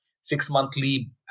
six-monthly